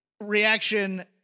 reaction